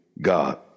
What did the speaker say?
God